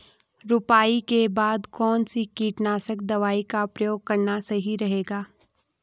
रुपाई के बाद कौन सी कीटनाशक दवाई का प्रयोग करना सही रहेगा?